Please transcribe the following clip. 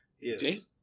Yes